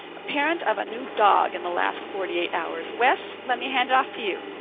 a parent of a new dog in the last forty eight hours. wes, let me hand it off to you.